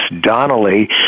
Donnelly